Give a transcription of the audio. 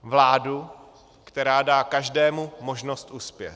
Vládu, která dá každému možnost uspět.